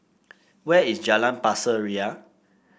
where is Jalan Pasir Ria